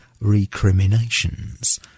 recriminations